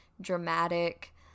dramatic